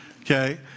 okay